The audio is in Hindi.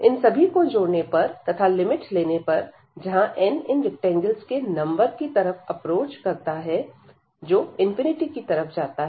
इन सभी को जोड़ने पर तथा लिमिट लेने पर जहां n इन रैक्टेंगल्स के नंबर की तरफ अप्रोच करता है जो इनफिनिटी की तरफ जाता है